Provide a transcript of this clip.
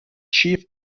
chief